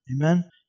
Amen